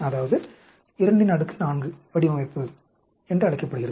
அதுவே 24 வடிவமைப்பு என்றழைக்கப்படுகிறது